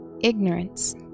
ignorance